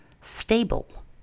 stable